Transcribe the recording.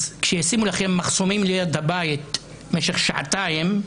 כשישימו לכם מחסומים ליד הבית במשך שעתיים,